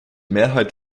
mehrheit